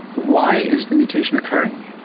why is the mutation occurring?